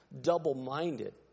double-minded